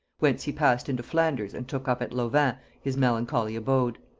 whence he passed into flanders and took up at lovain his melancholy abode.